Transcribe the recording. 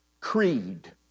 creed